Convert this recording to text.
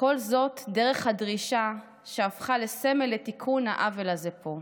כל זאת דרך הדרישה שהפכה לסמל לתיקון העוול הזה פה: